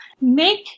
Make